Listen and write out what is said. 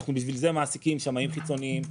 בשביל זה אנחנו מעסיקים שמאים חיצוניים.